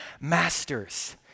masters